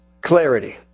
Clarity